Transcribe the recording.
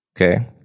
Okay